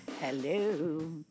Hello